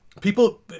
people